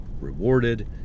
rewarded